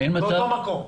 באותו מקום.